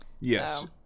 Yes